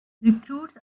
recruits